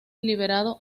liberado